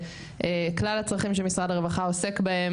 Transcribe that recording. שכלל הצרכים שמשרד הרווחה עוסק בהם,